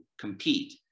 compete